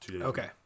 okay